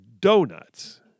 donuts